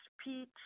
speech